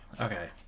Okay